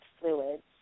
fluids